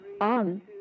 on